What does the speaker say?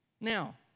Now